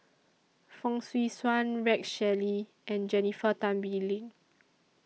Fong Swee Suan Rex Shelley and Jennifer Tan Bee Leng